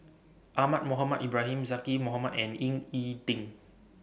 Ahmad Mohamed Ibrahim Zaqy Mohamad and Ying E Ding